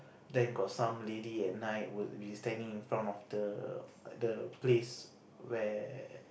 then got some lady at night will be standing in front of the place where